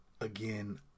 again